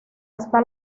hasta